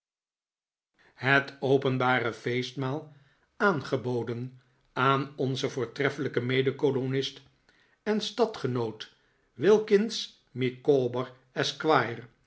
het openbare feestmaal aangeboden aan onzen voortreffelijken mede kolonist en stadgenoot wilkins micawber esquire